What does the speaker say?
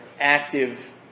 active